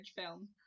film